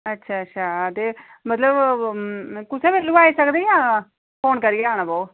अच्छा अच्छा ते मतलब कुसलै बी आई सकदे जां फोन करियै आना होग